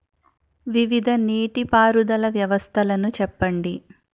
వివిధ నీటి పారుదల వ్యవస్థలను చెప్పండి?